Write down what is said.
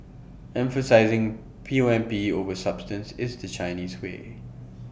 emphasising P O M P over substance is the Chinese way